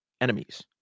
enemies